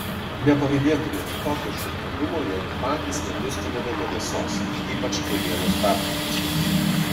nepavydėtumėme tokio išradingumo jeigu patys nedustumėme nuo mėsos ypač kiaulienos perprodukcijos